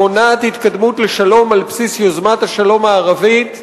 המונעת התקדמות לשלום על בסיס יוזמת השלום הערבית,